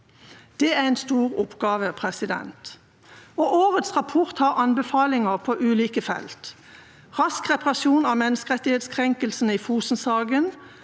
Det er en stor oppgave. Årets rapport har anbefalinger på ulike felt: – rask reparasjon av menneskerettighetskrenkelsen i Fosen-saken